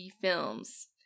films